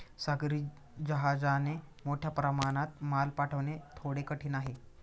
सागरी जहाजाने मोठ्या प्रमाणात माल पाठवणे थोडे कठीण आहे